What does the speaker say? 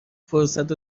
فرصت